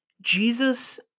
Jesus